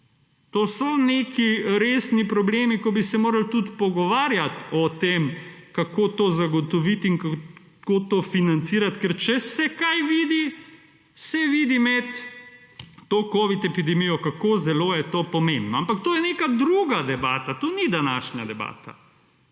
To so neki resni problemi, ko bi se morali tudi pogovarjat o tem, kako to zagotovit in kako to financirat, ker če se kaj vidi, se vidi med to Covid epidemijo, kako zelo je to pomembno. Ampak to je neka druga debata, to ni današnja debata.